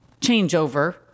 changeover